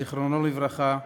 זיכרונו לברכה,